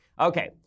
okay